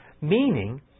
meaning